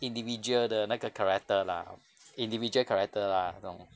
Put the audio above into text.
individual 的那个 character lah individual character lah 那种